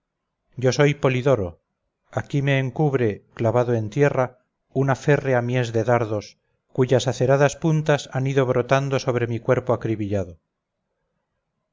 yo soy polidoro aquí me encubre clavado en tierra una férrea mies de dardos cuyas aceradas puntas han ido botando sobre mi cuerpo acribillado